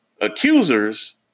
accusers